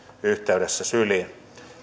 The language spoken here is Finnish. yhteydessä syliin